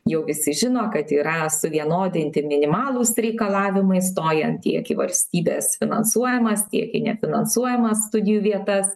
jau visi žino kad yra suvienodinti minimalūs reikalavimai stojant tiek į valstybės finansuojamas tiek į nefinansuojamas studijų vietas